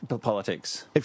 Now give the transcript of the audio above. Politics